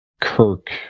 Kirk